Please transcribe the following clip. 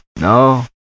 No